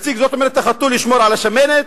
זאת אומרת, החתול ישמור על השמנת,